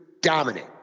dominate